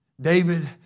David